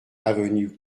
avenue